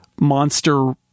monster-